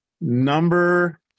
number